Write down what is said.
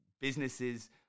businesses